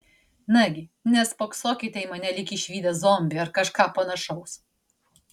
nagi nespoksokite į mane lyg išvydę zombį ar kažką panašaus